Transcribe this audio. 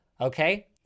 okay